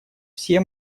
все